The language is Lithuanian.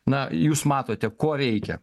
na jūs matote ko reikia